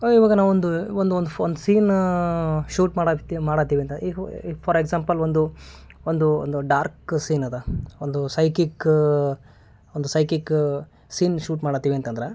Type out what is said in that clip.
ಇವಾಗ ನಾವೊಂದು ಒಂದು ಒಂದು ಫ್ ಒಂದು ಸೀನ್ ಶೂಟ್ ಮಾಡದಿತ್ತು ಏನು ಮಾಡತ್ತೀವಿ ಅಂತ ಈ ಹು ಈ ಫಾರ್ ಎಕ್ಸಾಂಪಲ್ ಒಂದು ಒಂದು ಒಂದು ಡಾರ್ಕ್ ಸೀನದ ಒಂದು ಸೈಕಿಕ್ ಒಂದು ಸೈಕಿಕ್ ಸೀನ್ ಶೂಟ್ ಮಾಡತಿವಿ ಅಂತಂದ್ರ